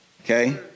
Okay